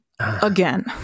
again